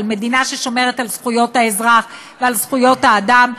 על מדינה ששומרת על זכויות האזרח ועל זכויות האדם,